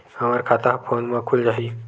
हमर खाता ह फोन मा खुल जाही?